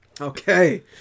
Okay